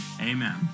amen